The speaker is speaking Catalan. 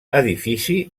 edifici